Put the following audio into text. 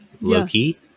Loki